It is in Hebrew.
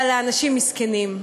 אבל האנשים מסכנים.